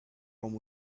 rome